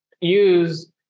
use